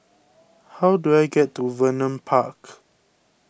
how do I get to Vernon Park